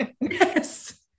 Yes